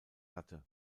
hatte